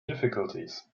difficulties